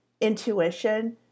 intuition